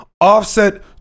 Offset